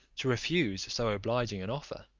to refuse so obliging an offer.